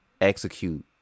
execute